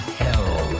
hell